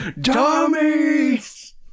Dummies